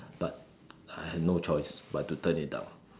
but I have no choice but to turn it down